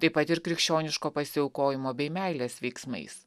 taip pat ir krikščioniško pasiaukojimo bei meilės veiksmais